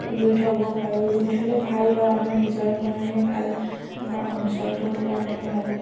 ৰুই থব পাৰোঁ ৰুই থ'লে ভাল হয় আমাৰ নিজৰ কাৰণেই ভাল আমাৰ অঞ্চলটোৰ কাৰণে ভাল